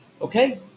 Okay